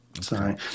Sorry